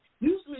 usually